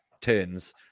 turns